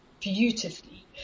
beautifully